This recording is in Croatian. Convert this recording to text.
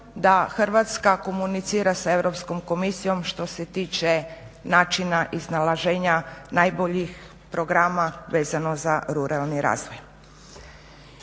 da Hrvatska komunicira s Europskom komisijom što se tiče načina iznalaženja najboljih programa vezano za ruralni razvoj.